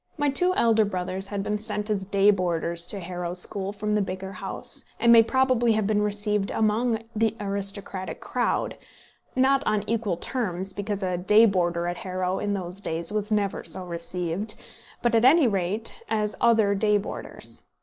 my two elder brothers had been sent as day-boarders to harrow school from the bigger house, and may probably have been received among the aristocratic crowd not on equal terms, because a day-boarder at harrow in those days was never so received but at any rate as other day-boarders.